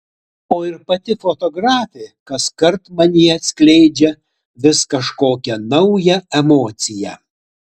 o ir pati fotografė kaskart manyje atskleidžia vis kažkokią naują emociją